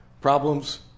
problems